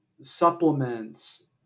supplements